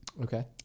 Okay